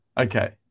Okay